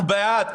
אנחנו בעד,